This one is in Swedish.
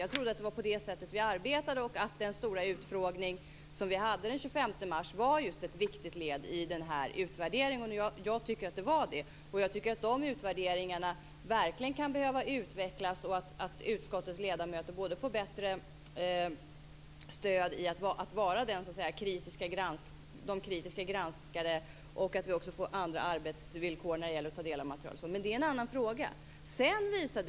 Jag trodde att det var på det sättet som vi arbetade och att den stora utfrågning som vi hade den 25 mars var just ett viktigt led i den här utvärderingen. Jag tycker att det var det. Och jag tycker att de utvärderingarna verkligen kan behöva utvecklas så att utskottets ledamöter både får bättre stöd i att vara kritiska granskare och att vi också får andra arbetsvillkor när det gäller att ta del av materialet. Men det är en annan fråga.